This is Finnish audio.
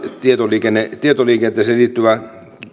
tietoliikenteeseen tietoliikenteeseen liittyvää